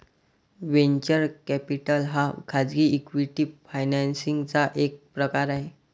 venture capital हा खाजगी equity financing चा एक प्रकार आहे